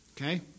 Okay